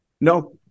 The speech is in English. No